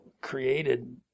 created